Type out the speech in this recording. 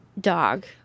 dog